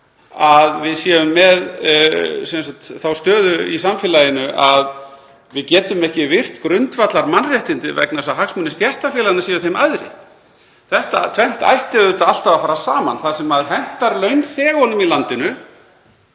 að við séum með þá stöðu í samfélaginu að við getum ekki virt grundvallarmannréttindi vegna þess að hagsmunir stéttarfélaganna séu þeim æðri? Þetta tvennt ætti auðvitað alltaf að fara saman. Það sem hentar launþegunum í landinu